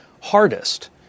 hardest